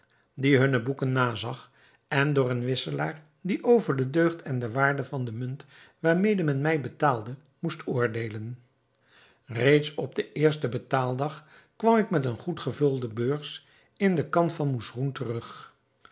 die hunne boeken nazag en door een wisselaar die over de deugd en de waarde van de munt waarmede men mij betaalde moest oordeelen reeds op den eersten betaaldag kwam ik met eene goed gevulde beurs in de khan van mousroun terug